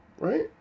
right